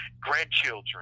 grandchildren